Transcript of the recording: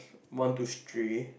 want to stray